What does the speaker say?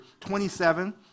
27